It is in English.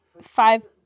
five